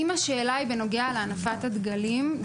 אם השאלה היא בנוגע להנפת הדגלים,